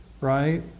Right